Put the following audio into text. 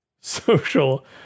social